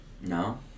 No